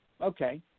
okay